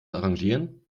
arrangieren